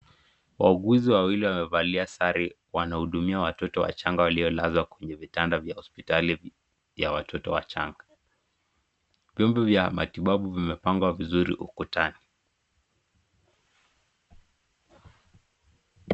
Wauguzi wawili wamevalia sari wanahudumia watoto wachanga waliolazwa kwenye vitanda vya hospitali ya watoto wachanga. Vyombo vya matibabu vimepangwa vizuri ukutani.